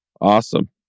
Awesome